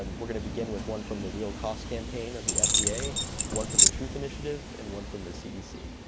and we're going to begin with one from the real cost campaign of the fda, one from the truth initiative, and one from the cdc.